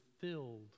filled